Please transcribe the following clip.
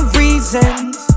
reasons